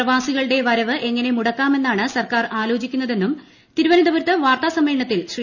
പ്രവാസികളുടെ വരവ് എങ്ങനെ മുടക്കാമെന്നാണ് സർക്കാർ ആലോചിക്കുന്നതെന്നും തിരുവനന്തപുരത്ത് വാർത്താസമ്മേളനത്തിൽ ശ്രീ